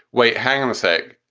wait, hang on a sec.